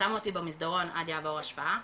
שמו אותי במסדרון עד יעבור ההשפעה,